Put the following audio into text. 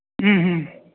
ꯎꯝ ꯎꯝ